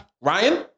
Ryan